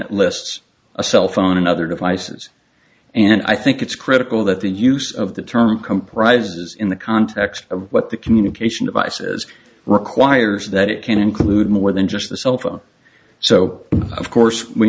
lists a cell phone and other devices and i think it's critical that the use of the term comprises in the context of what the communication devices requires that it can include more than just the cell phone so of course we